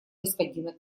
господина